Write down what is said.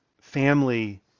family